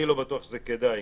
אני לא בטוח שזה כדאי,